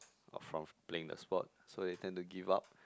or from playing the sport so they tend to give up